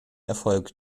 erfolg